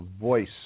voice